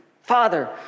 Father